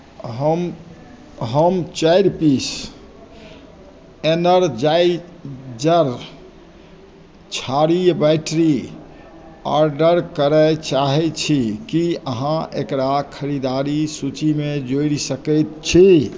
हम हम चारि पीस एनर्जाइज़र क्षारीय बैटरी ऑर्डर करय चाहैत छी की अहाँ एकरा खरीदारी सूचीमे जोड़ि सकैत छी